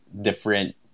different